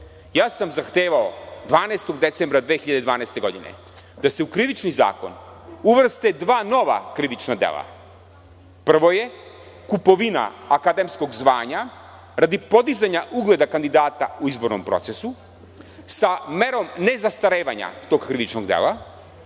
sam 12. decembra 2012. godine da se u Krivični zakon uvrste dva nova krivična dela. Prvo je kupovina akademskog zvanja radi podizanja ugleda kandidata u izbornom procesu sa merom nezastarevanja tog krivičnog dela.